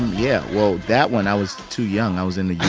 yeah. well, that one, i was too young. i was in the youth.